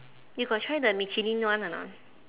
you got try the michelin one or not